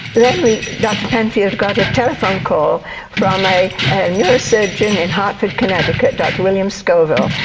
then we, dr penfield got a telephone call from a neurosurgeon in hartford, connecticut, dr william scoville,